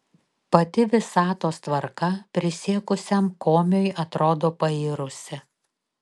pati visatos tvarka prisiekusiam komiui atrodo pairusi